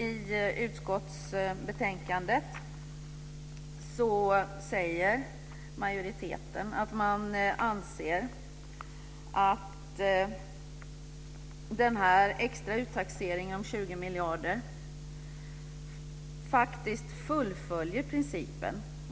I utskottsbetänkandet säger majoriteten att man anser att den här extra uttaxeringen om 20 miljarder faktiskt fullföljer principen.